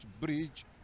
bridge